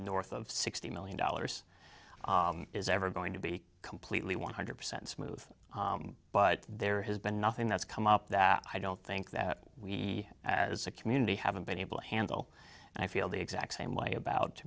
north of sixty million dollars is ever going to be completely one hundred percent smooth but there has been nothing that's come up that i don't think that we as a community haven't been able to handle and i feel the exact same way about